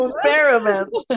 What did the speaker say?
experiment